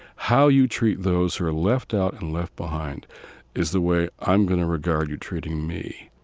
how you treat those who were left out and left behind is the way i'm going to regard you treating me